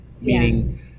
meaning